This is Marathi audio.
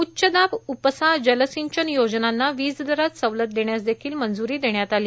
उच्चदाब उपसा जलसिंचन योजनांना वीज दरात सवलत देण्यास देखील मंज्री देण्यात आली